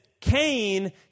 Cain